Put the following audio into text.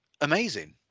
amazing